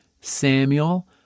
Samuel